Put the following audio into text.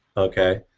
okay.